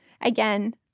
again